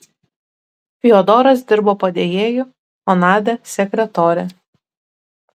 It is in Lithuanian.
fiodoras dirbo padėjėju o nadia sekretore